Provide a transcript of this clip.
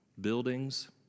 buildings